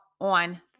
on